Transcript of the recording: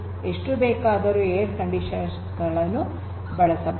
ಎಷ್ಟು ಬೇಕಾದರೂ air conditioners ಗಳನ್ನು ಬಳಸಬಹುದು